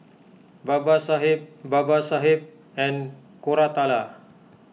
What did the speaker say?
Babasaheb Babasaheb and Koratala